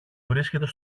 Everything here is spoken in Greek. βρίσκεται